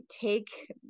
take